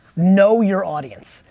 know your audience.